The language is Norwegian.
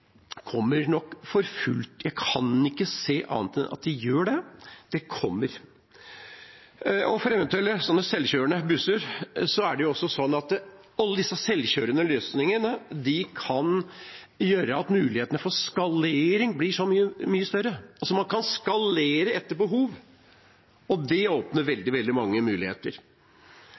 kommer nok for fullt. Jeg kan ikke se annet enn at de gjør det. Det kommer. Alle disse sjølkjørende løsningene kan gjøre mulighetene for skalering mye større. Man kan skalere etter behov. Det åpner for veldig mange muligheter.